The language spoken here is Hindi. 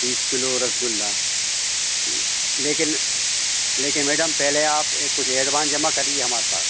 बीस किलो रसगुल्ला लेकिन लेकिन मैडम पहले आप ए कुछ एडवांस जमा करिए हमारे पास